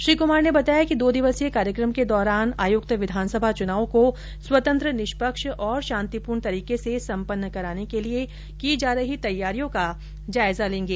श्री कमार ने बताया कि दो दिवसीय कार्यक्रम के दौरान आयुक्त विधानसभा चुनाव को स्वतंत्र निष्पक्ष और शांतिपूर्ण तरीके से सम्पन्न कराने के लिए की जा रही तैयारियां का जायजा लेंगे